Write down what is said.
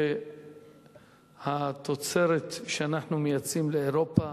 כמות התוצרת שאנחנו מייצאים לאירופה